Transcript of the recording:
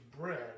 bread